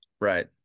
Right